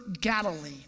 Galilee